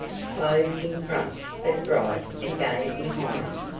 closed in front, but bright and gay behind,